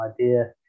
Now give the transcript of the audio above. idea